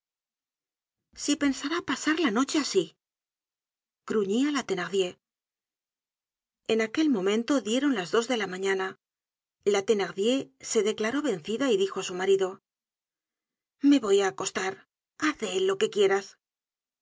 si pensará pasar la noche asi gruñía la thenardier en aquel momento dieron las dos de la mañana la thenardier se declaró vencida y dijo á su marido me voy á acostar haz de él lo que quieras